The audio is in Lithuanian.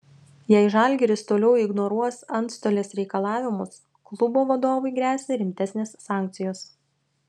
jei žalgiris toliau ignoruos antstolės reikalavimus klubo vadovui gresia rimtesnės sankcijos